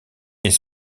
est